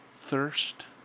thirst